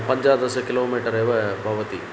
पञ्चादशकिलोमीटरेव भवति